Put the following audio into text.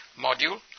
module